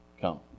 come